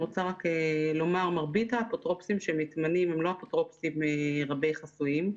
מרבית האפוטרופוסים שמתמנים הם לא אפוטרופוסים רבי חסויים,